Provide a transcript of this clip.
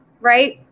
right